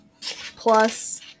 Plus